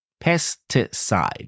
pesticide